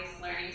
learning